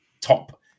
top